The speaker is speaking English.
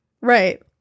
Right